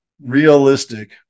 realistic